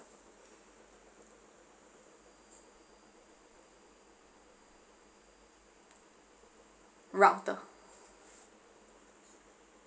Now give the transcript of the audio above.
router